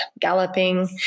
Galloping